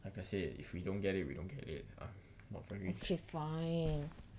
okay fine